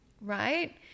right